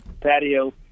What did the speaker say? patio